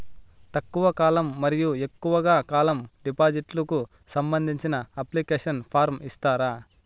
తక్కువ కాలం మరియు ఎక్కువగా కాలం డిపాజిట్లు కు సంబంధించిన అప్లికేషన్ ఫార్మ్ ఇస్తారా?